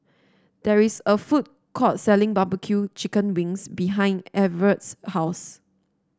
there is a food court selling barbecue Chicken Wings behind Everet's house